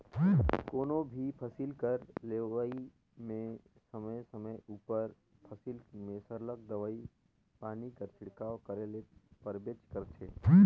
कोनो भी फसिल कर लेवई में समे समे उपर फसिल में सरलग दवई पानी कर छिड़काव करे ले परबेच करथे